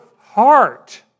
heart